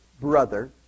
brother